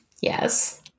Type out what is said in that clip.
Yes